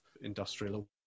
industrial